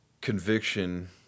conviction